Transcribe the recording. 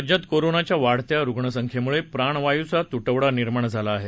राज्यात कोरोनाच्या वाढत्या रुग्णसंख्येमुळे प्राणवायूचा तुटवडा निर्माण झाला आहे